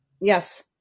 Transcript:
Yes